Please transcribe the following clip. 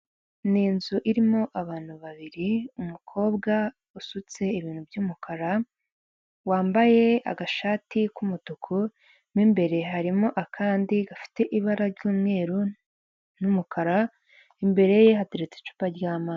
Ni inzu irimo abantu babiri, umukobwa usutse ibintu by'umukara, wambaye agashati k'umutuku, mo imbere harimo akandi gafite ibara ry'umweru n'umukara, imbere ye hateretse icupa ry'amazi.